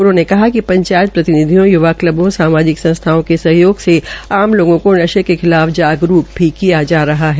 उन्होने बताया कि पंचायत प्रतिनिधियों यूवा कल्बों सामाजिक सस्थाओं के सहयोग से आम लोगों को नर्शे के खिलाफ जागरुक भी किया जा रहा है